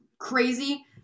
crazy